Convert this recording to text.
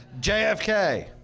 JFK